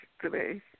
today